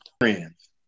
friends